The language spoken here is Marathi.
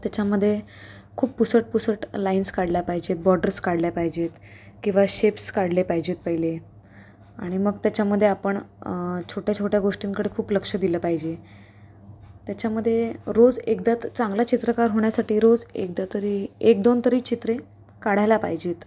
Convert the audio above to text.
तेच्यामध्ये खूप पुसट पुसट लाइन्स काढल्या पाहिजेत बॉर्डर्स काढल्या पाहिजेत किंवा शेप्स काढले पाहिजेत पहिले आणि मग त्याच्यामध्ये आपण छोट्या छोट्या गोष्टींकडं खूप लक्ष दिलं पाहिजे त्याच्यामध्ये रोज एकदा तर चांगला चित्रकार होण्यासाठी रोज एकदा तरी एकदोन तरी चित्रे काढायला पाहिजेत